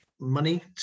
money